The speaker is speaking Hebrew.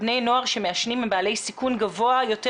בני נוער שמעשנים הם בעלי סיכון גבוה יותר,